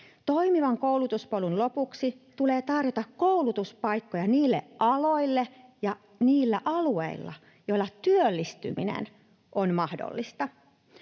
Toimivan koulutuspolun lopuksi tulee tarjota koulutuspaikkoja niille aloille ja niillä alueilla, joilla työllistyminen on mahdollista.